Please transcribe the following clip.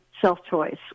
self-choice